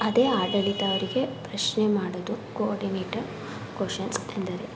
ಅದೇ ಆಡಳಿತ ಅವರಿಗೆ ಪ್ರಶ್ನೆ ಮಾಡೋದು ಕೋರ್ಡಿನೇಟರ್ ಕೊಶನ್ಸ್ ಎಂದರೆ